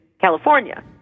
California